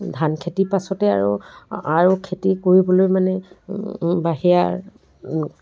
ধান খেতিৰ পাছতে আৰু আৰু খেতি কৰিবলৈ মানে বাহিৰা